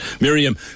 Miriam